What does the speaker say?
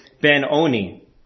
Ben-Oni